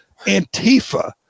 antifa